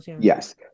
Yes